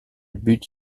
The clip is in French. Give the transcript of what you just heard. but